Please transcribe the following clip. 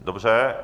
Dobře.